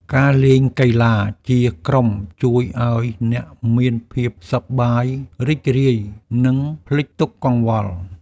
ការលេងកីឡាជាក្រុមជួយឱ្យអ្នកមានភាពសប្បាយរីករាយ និងភ្លេចទុក្ខកង្វល់។